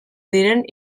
diren